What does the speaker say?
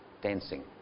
dancing